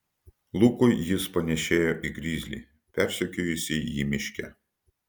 lukui jis panėšėjo į grizlį persekiojusį jį miške